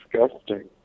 disgusting